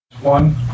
One